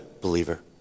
believer